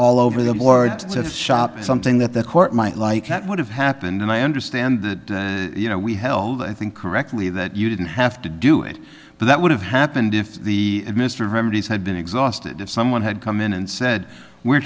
all over the board to shop is something that the court might like that would have happened and i understand that you know we held i think correctly that you didn't have to do it but that would have happened if the mr remedies had been exhausted if someone had come in and said we're